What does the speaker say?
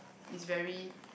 is very